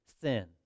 sin